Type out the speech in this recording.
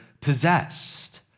possessed